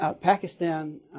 Pakistan